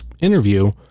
interview